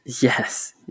Yes